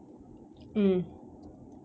mm